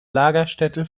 lagerstätte